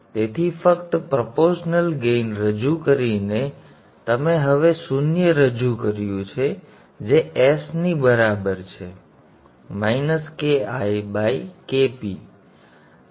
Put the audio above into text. તેથી ફક્ત proportional gain રજૂ કરીને તમે હવે શૂન્ય રજૂ કર્યું છે જે s ની બરાબર છે Ki by Kp